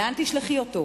לאן תשלחי אותו?